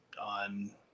on